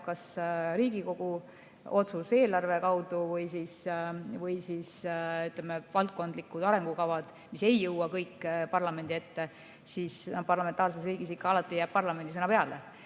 kas Riigikogu otsus eelarve kaudu, või ütleme, valdkondlikud arengukavad, mis ei jõua kõik parlamendi ette, siis parlamentaarses riigis jääb ikka ja alati parlamendi sõna peale.